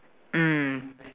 mm